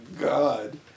God